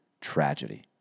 tragedy